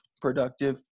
productive